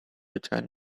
return